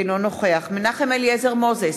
אינו נוכח מנחם אליעזר מוזס,